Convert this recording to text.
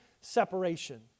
separation